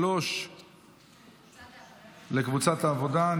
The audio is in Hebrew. קבוצת העבודה,